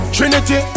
Trinity